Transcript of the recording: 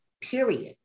period